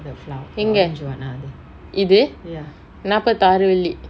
எங்க இது நாபதாறு வெள்ளி:enga ithu naapathaaru velli